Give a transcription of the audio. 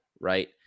right